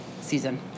season